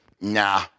nah